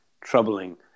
troubling